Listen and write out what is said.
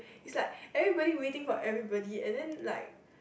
is like everybody waiting for everybody and then like